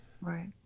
Right